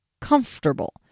comfortable